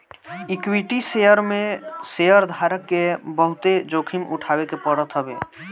equity share में शेयरधारक के बहुते जोखिम उठावे के पड़त हवे